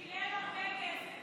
שילם הרבה כסף.